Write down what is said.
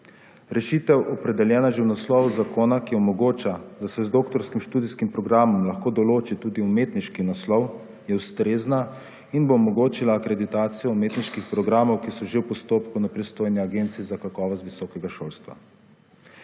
Rešitev opredeljena že v naslovu zakona, ki omogoča, da se z doktorskim študijskim programom lahko določi tudi umetniški naslov je ustrezna in bo omogočila akreditacijo umetniških programov, ki so že v postopku na pristojni agenciji za kakovost visokega šolstva.